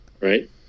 Right